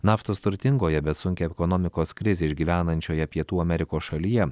naftos turtingoje bet sunkią ekonomikos krizę išgyvenančioje pietų amerikos šalyje